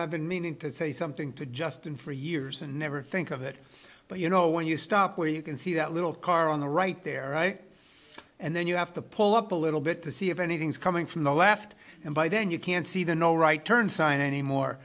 i've been meaning to say something to justin for years and never think of it but you know when you stop where you can see that little car on the right there right and then you have to pull up a little bit to see if anything is coming from the left and by then you can't see the no right turn sign anymore